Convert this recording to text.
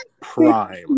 prime